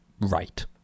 right